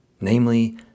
namely